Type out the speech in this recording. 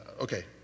okay